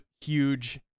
huge